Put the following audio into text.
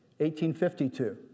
1852